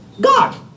God